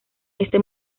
este